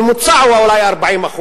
הממוצע הוא אולי 40%,